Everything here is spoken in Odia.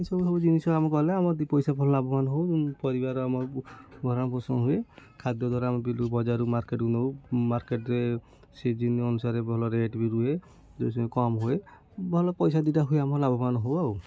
ଏସବୁ ସବୁ ଜିନିଷ ଆମେ କଲେ ଆମ ଦୁଇ ପଇସା ଭଲ ଲାଭବାନ୍ ହେଉ ପରିବାର ଆମ ଭରଣପୋଷଣ ହୁଏ ଖାଦ୍ୟ ଦ୍ୱାରା ଆମେ ବଜାରରୁ ମାର୍କେଟ୍କୁ ନଉ ମାର୍କେଟ୍ରେ ସିଜିନ୍ ଅନୁସାରେ ଭଲ ରେଟ୍ ବି ରୁହେ କମ୍ ହୁଏ ଭଲ ପଇସା ଦୁଇଟା ହୁଏ ଆମର ଲାଭବାନ୍ ହେଉ ଆଉ